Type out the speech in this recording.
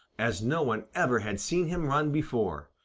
as no one ever had seen him run before.